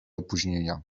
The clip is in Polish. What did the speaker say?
opóźnienia